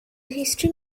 history